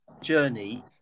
journey